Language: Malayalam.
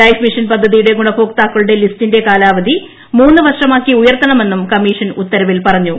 ലൈഫ്മിഷൻ പദ്ധതിയുടെ ഗുണഭോക്താക്കളുടെ ലിസ്റ്റിന്റെ കാലാവധി മൂന്നുവർഷമാക്കി ഉയർത്തണമെന്നും കമ്മീഷൻ ഉത്തർ വിൽ പറഞ്ഞു